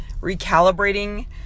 recalibrating